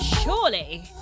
surely